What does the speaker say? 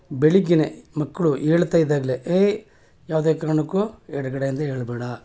ಬೆಳಗ್ಗೆಯೇ ಮಕ್ಕಳು ಹೇಳ್ತಾ ಇದ್ದಾಗಲೇ ಏ ಯಾವುದೇ ಕಾರಣಕ್ಕೂ ಎಡಗಡೆಯಿಂದ ಏಳಬೇಡ